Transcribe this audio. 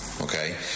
Okay